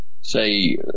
say